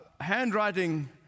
Handwriting